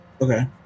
Okay